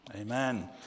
Amen